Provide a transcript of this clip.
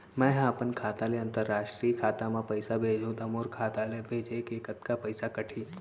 मै ह अपन खाता ले, अंतरराष्ट्रीय खाता मा पइसा भेजहु त मोर खाता ले, भेजे के कतका पइसा कटही?